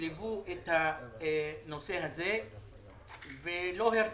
שליוו את הנושא הזה ולא הרפו.